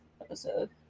episode